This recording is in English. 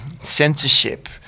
censorship